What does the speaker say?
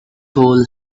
hole